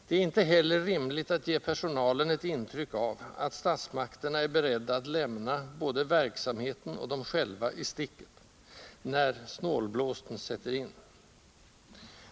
Det är inte heller rimligt att ge personalen ett intryck av att statsmakterna är beredda att lämna både verksamheten och dem själva isticket, när snålblåsten sätter in.